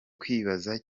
kwibaza